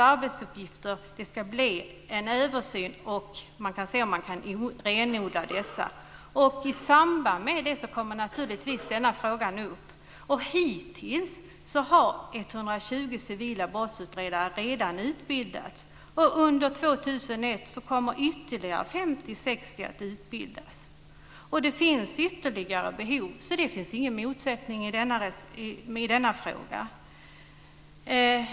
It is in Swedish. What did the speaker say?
Det ska göras en översyn av polisens arbetsuppgifter, och i samband därmed kommer frågan om dessa kan renodlas upp. Hittills har redan 120 civila brottsutredare utbildats, och under 2001 kommer ytterligare 50-60 att utbildas. Det finns också behov härav, så det råder ingen motsättning i denna fråga.